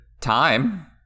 time